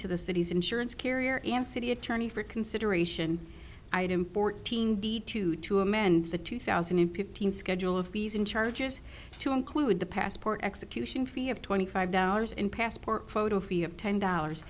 to the city's insurance carrier and city attorney for consideration i had important to to amend the two thousand and fifteen schedule of fees and charges to include the passport execution fee of twenty five dollars and passport photo fee of ten dollars